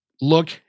look